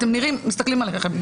מסתכלים עליכם.